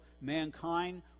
mankind